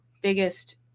biggest